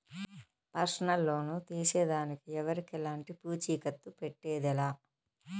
personal loan తీసేదానికి ఎవరికెలంటి పూచీకత్తు పెట్టేదె లా